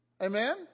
Amen